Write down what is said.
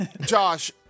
Josh